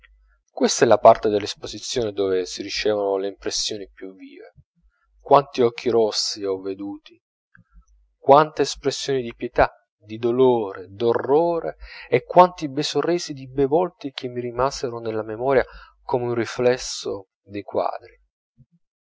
questa è la parte dell'esposizione dove si ricevono le impressioni più vive quanti occhi rossi ho veduti quante espressioni di pietà di dolore d'orrore e quanti bei sorrisi di bei volti che mi rimasero nella memoria come un riflesso dei quadri